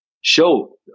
show